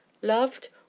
loved?